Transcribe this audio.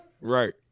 Right